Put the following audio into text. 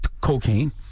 cocaine